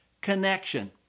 connection